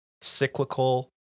cyclical